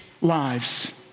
lives